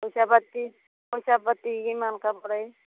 পইচ পাতি পইচা পাতি কিমানকে পৰে